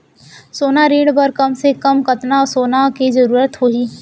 सोना ऋण बर कम से कम कतना सोना के जरूरत होही??